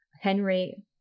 Henry